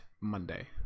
Monday